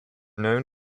known